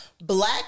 black